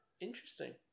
interesting